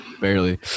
barely